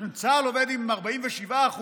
צה"ל עובד עם 47%